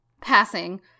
passing